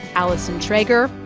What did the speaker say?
alyson trager,